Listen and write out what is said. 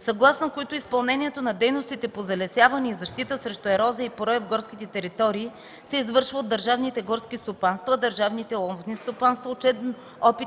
съгласно които изпълнението на дейностите по залесяване и защита срещу ерозия и порой в горските територии се извършва от държавните горски стопанства, държавните ловни стопанства, учебно-опитните